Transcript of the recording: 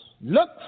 Look